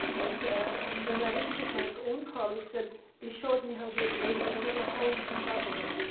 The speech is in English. and and then i visited my own colleagues and they showed me how they had made with a little home camera